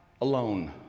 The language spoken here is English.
alone